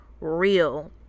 real